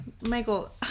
michael